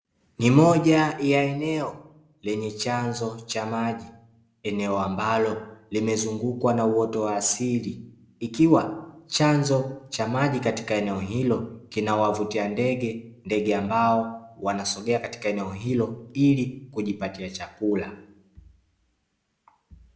Ni moja ya eneo lenye chanzo cha maji eneo ambalo limezungukwa na uoto wa asili, ikiwa chanzo cha maji katika eneo hilo kinawavutia ndege, ndege ambao wanasogea katika eneo hilo ili kujipatia chakula.